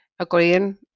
agreeing